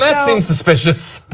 i mean suspicious.